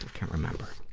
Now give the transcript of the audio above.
can't remember.